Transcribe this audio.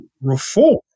reform